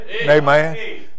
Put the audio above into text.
Amen